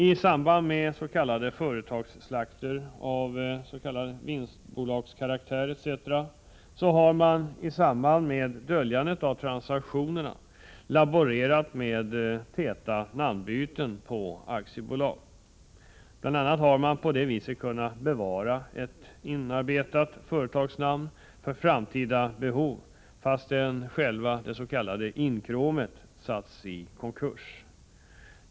I samband med s.k. företagsslakter av vinstbolagskaraktär har man för döljandet av transaktioner laborerat med täta namnbyten på aktiebolag. Bl.a. har man på det viset kunnat bevara ett inarbetat företagsnamn för framtida behov fastän själva ”inkråmet” satts i konkurs.